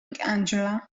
angela